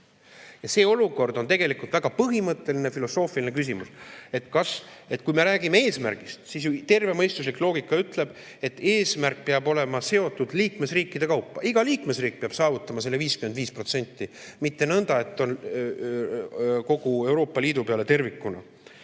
See on tegelikult väga põhimõtteline, filosoofiline küsimus. Kui me räägime eesmärgist, siis tervemõistuslik loogika ütleb, et eesmärk peab olema seatud liikmesriikide kaupa, iga liikmesriik peab saavutama selle 55%, mitte nõnda, et kogu Euroopa Liidu peale tervikuna.